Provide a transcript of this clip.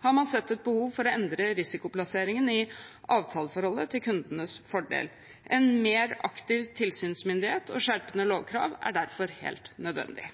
har man sett et behov for å endre risikoplasseringen i avtaleforholdet til kundenes fordel. En mer aktiv tilsynsmyndighet og skjerpede lovkrav er derfor helt nødvendig.